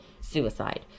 suicide